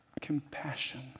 compassion